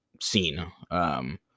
scene